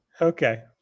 Okay